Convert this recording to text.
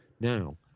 now